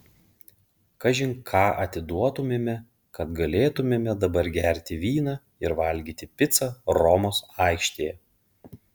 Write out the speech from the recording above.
kažin ką atiduotumėme kad galėtumėme dabar gerti vyną ir valgyti picą romos aikštėje